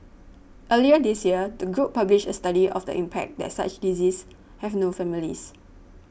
earlier this year the group published a study of the impact that such diseases have no families